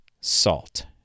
salt